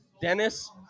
Dennis